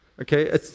okay